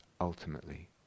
Ultimately